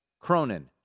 Cronin